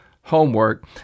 homework